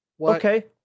Okay